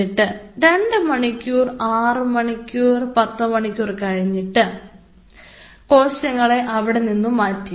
എന്നിട്ട് 2 മണിക്കൂർ 6 മണിക്കൂർ 10 മണിക്കൂർ കഴിഞ്ഞിട്ട് കോശങ്ങളെ അവിടെനിന്ന് മാറ്റി